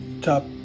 top